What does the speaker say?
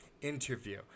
interview